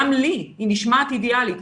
גם לי היא נשמעת אידיאלית,